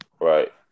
Right